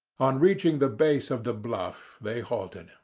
on reaching the base of the bluff they halted,